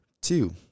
two